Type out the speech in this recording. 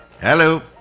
hello